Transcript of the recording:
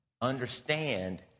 understand